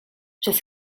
przez